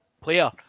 Player